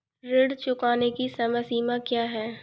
ऋण चुकाने की समय सीमा क्या है?